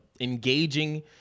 engaging